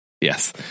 Yes